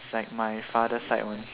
it's like my father's side one